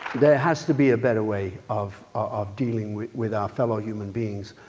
there has to be a better way of of dealing with with our fellow human beings,